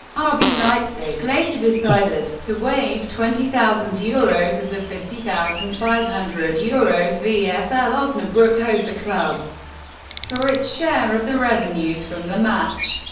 ah rb leipzig leipzig later decided to waive twenty thousand euros of the fifty thousand five hundred euros vfl osnabruck owed the club for its share of the revenues from the match.